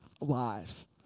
lives